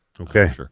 Okay